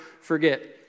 forget